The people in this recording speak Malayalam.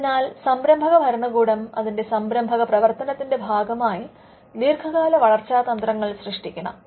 അതിനാൽ സംരംഭക ഭരണകൂടം അതിന്റെ സംരംഭക പ്രവർത്തനത്തിന്റെ ഭാഗമായി ദീർഘകാല വളർച്ചാ തന്ത്രങ്ങൾ സൃഷ്ടിക്കണം